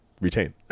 retain